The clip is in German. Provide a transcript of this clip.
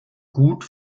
gut